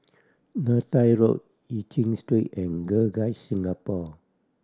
Neythai Road Eu Chin Street and Girl Guides Singapore